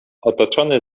otoczony